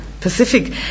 Pacific